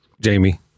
jamie